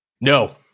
No